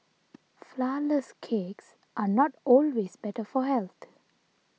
Flourless Cakes are not always better for health